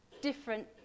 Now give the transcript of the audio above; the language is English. different